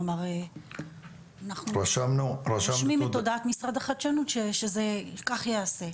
כלומר אנחנו רושמים את הודעת משרד החדשנות שזה כך ייעשה.